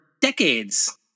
decades